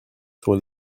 sur